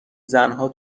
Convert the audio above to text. زنها